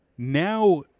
Now